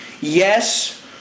Yes